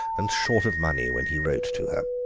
and short of money when he wrote to her.